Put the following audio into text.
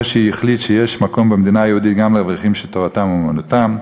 זה שהחליט שיש מקום במדינה היהודית גם לאברכים שתורתם אומנותם".